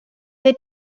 they